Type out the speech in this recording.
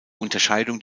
unterscheidung